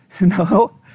No